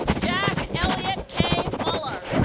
jack elliot k. muller